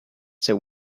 they